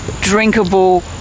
drinkable